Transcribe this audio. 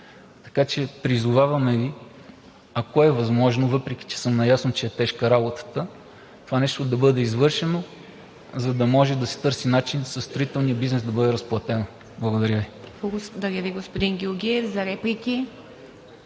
Така че призоваваме Ви, ако е възможно, въпреки че съм наясно, че е тежка работата, това нещо да бъде извършено, за да може да се търси начин на строителния бизнес да бъде разплатено. Благодаря Ви.